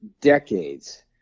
decades